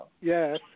Yes